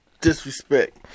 disrespect